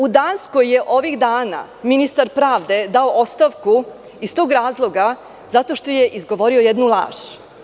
U Danskoj je ovih dana ministar pravde dao ostavku iz razloga što je izgovorio jednu laž.